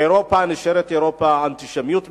אירופה נשארת אירופה, האנטישמיות משתוללת,